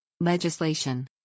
Legislation